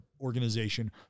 organization